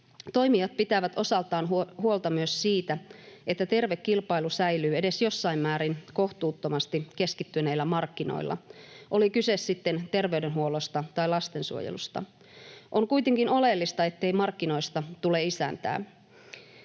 toimijat pitävät osaltaan huolta myös siitä, että terve kilpailu säilyy edes jossain määrin kohtuuttomasti keskittyneillä markkinoilla — oli kyse sitten terveydenhuollosta tai lastensuojelusta. On kuitenkin oleellista, ettei markkinoista tulee isäntää.